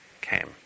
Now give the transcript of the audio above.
came